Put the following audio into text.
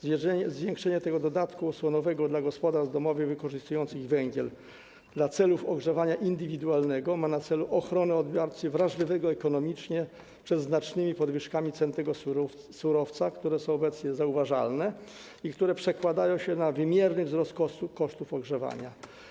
Zwiększenie dodatku osłonowego dla gospodarstw domowych wykorzystujących węgiel do celów ogrzewania indywidualnego ma na celu ochronę odbiorcy wrażliwego ekonomicznie przed znacznymi podwyżkami cen tego surowca, które są obecnie zauważalne i które przekładają się na wymierny wzrost kosztów ogrzewania.